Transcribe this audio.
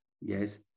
yes